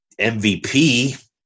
MVP